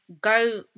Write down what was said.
Go